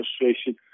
frustration